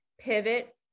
pivot